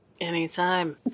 anytime